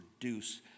produce